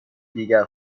دیگر